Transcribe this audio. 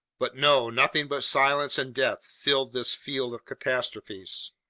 but no, nothing but silence and death filled this field of catastrophes!